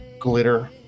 glitter